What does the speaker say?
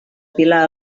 pilar